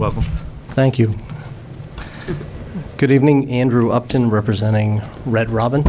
well thank you good evening andrew upton representing red rob